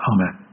Amen